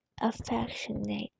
affectionate